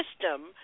system